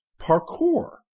Parkour